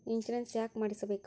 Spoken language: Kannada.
ಇನ್ಶೂರೆನ್ಸ್ ಯಾಕ್ ಮಾಡಿಸಬೇಕು?